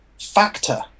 factor